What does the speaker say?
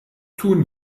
tun